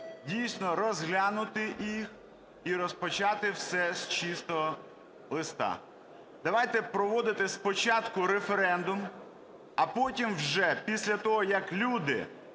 дійсно розглянути їх і розпочати все з чистого листа. Давайте проводити спочатку референдум, а потім вже після того, як люди